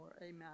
Amen